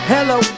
Hello